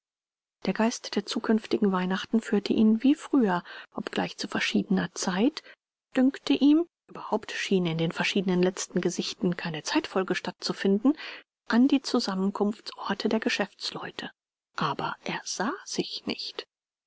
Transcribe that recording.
der geist der zukünftigen weihnachten führte ihn wie früher obgleich zu verschiedener zeit dünkte ihm überhaupt schien in den verschiedenen letzten gesichten keine zeitfolge stattzufinden an die zusammenkunftsorte der geschäftsleute aber er sah sich nicht